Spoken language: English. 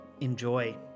enjoy